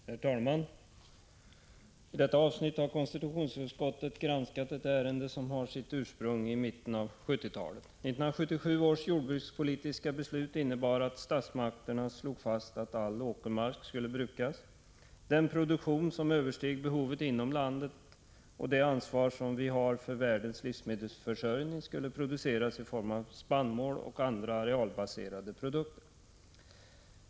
Herr talman! I detta avsnitt har konstitutionsutskottet granskat ett ärende som har sitt ursprung från mitten av 1970-talet. 1977 års jordbrukspolitiska beslut innebar att statsmakterna slog fast att all åkermark skulle brukas. Den produktion som översteg behovet inom landet och behovet med hänsyn till det ansvar vi har för världens livsmedelsförsörjning skulle ske i form av spannmål och andra arealbaserade produkter.